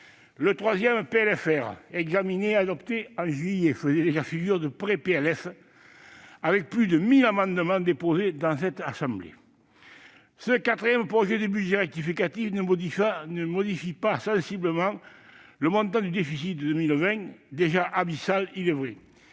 le troisième PLFR, qui a été examiné et adopté en juillet dernier, faisait déjà figure de « pré-PLF », avec plus de mille amendements déposés dans cette assemblée. Ce quatrième projet de budget rectificatif ne modifie pas sensiblement le montant du déficit de 2020, déjà abyssal, il est vrai.